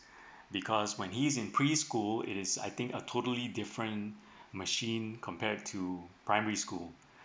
because when his in preschool is I think a totally different machine compared to primary school